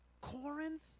Corinth